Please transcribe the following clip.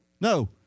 No